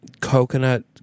coconut